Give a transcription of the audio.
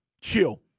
Chill